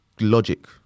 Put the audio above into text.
logic